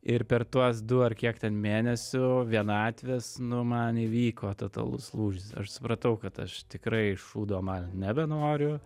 ir per tuos du ar kiek ten mėnesių vienatvės nu man įvyko totalus lūžis aš supratau kad aš tikrai šūdo malt nebenoriu